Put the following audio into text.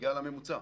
בגלל הממוצע.